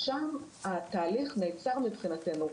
שם התהליך נעצר מבחינתנו.